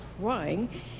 crying